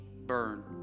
burn